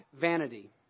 vanity